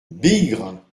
bigre